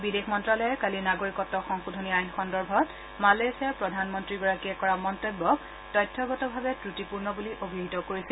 বিদেশ মন্তালয়ে কালি নাগৰিকত্ব সংশোধনী আইন সন্দৰ্ভত মালয়েছিয়াৰ প্ৰধানমন্ত্ৰীগৰাকীয়ে কৰা মন্তব্যক তথ্যগতভাৱে ক্ৰটিপূৰ্ণ বুলি অভিহিত কৰিছিল